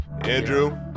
Andrew